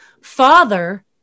father